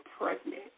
pregnant